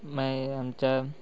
मागीर आमच्या